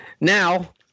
Now